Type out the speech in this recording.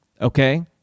okay